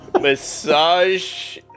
Massage